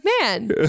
man